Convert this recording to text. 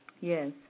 Yes